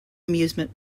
amusement